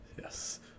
Yes